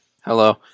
Hello